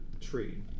tree